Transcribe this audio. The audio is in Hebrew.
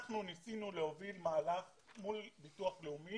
אנחנו ניסינו להוביל מהלך מול ביטוח לאומי